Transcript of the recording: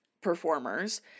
performers